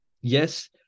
yes